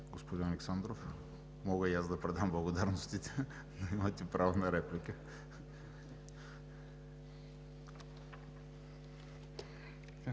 господин Александров, мога и аз да предам благодарностите, но имате право на реплика.